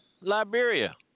Liberia